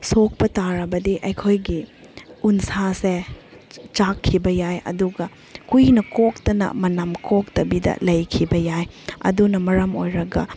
ꯁꯣꯛꯄ ꯇꯥꯔꯕꯗꯤ ꯑꯩꯈꯣꯏꯒꯤ ꯎꯟꯁꯥꯁꯦ ꯆꯥꯛꯈꯤꯕ ꯌꯥꯏ ꯑꯗꯨꯒ ꯀꯨꯏꯅ ꯀꯣꯛꯇꯅ ꯃꯅꯝ ꯀꯣꯛꯇꯕꯤꯗ ꯂꯩꯈꯤꯕ ꯌꯥꯏ ꯑꯗꯨꯅ ꯃꯔꯝ ꯑꯣꯏꯔꯒ